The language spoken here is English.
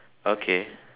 okay